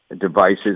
devices